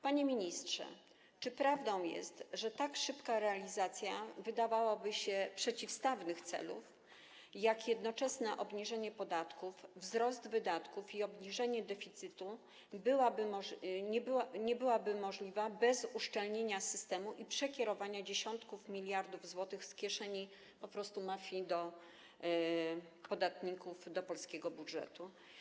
Panie ministrze, czy prawdą jest, że tak szybka realizacja, wydawałoby się, przeciwstawnych celów, jak jednoczesne obniżenie podatków, wzrost wydatków i obniżenie deficytu, nie byłaby możliwa bez uszczelnienia systemu i przekierowania dziesiątków miliardów złotych z kieszeni po prostu mafii do podatników, do polskiego budżetu?